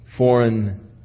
foreign